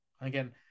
again